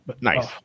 Nice